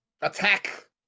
attack